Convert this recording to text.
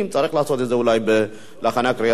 צריך לעשות את זה אולי בהכנה לקריאה ראשונה,